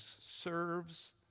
serves